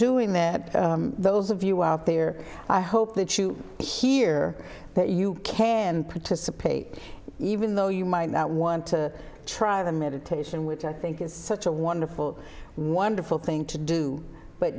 doing that those of you out there i hope that you hear that you can participate even though you might not want to try the meditation which i think is such a wonderful wonderful thing to do but